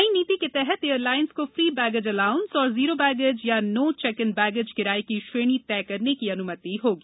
नई नीति के तहत एयरलाइंस को फ्री बध्येज एलाउंस या जीरो बध्येज या नो चक्क इन बध्येज किराये की श्रेणी तय करने की अन्मति होगी